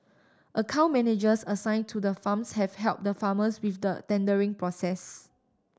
account managers assign to the farms have helped the farmers with the tendering process